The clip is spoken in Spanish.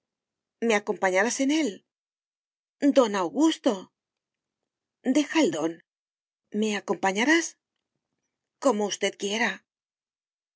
me acompañarás en él don augusto deja el don me acompañarás como usted quiera